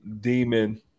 demon